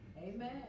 Amen